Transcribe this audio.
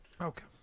okay